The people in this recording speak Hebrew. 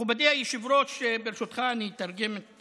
מכובדי היושב-ראש, ברשותך, אני אתרגם את